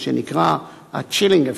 מה שנקרא ה-chilling effect,